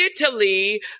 Italy